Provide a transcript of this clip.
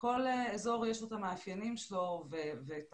לכל אזור יש את המאפיינים שלו ואת